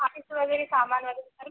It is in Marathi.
बाकीचं वगैरे सामान वगैरे काही